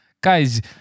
Guys